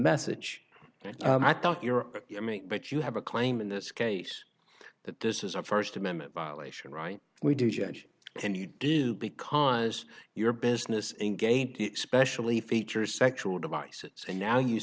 message and i thought europe but you have a claim in this case that this is a first amendment violation right we do judge can you do because your business engaged specially features sexual devices and now you